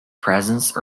presence